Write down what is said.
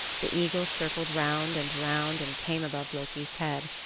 the eagle circled round and round and came above loki's head.